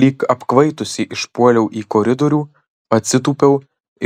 lyg apkvaitusi išpuoliau į koridorių atsitūpiau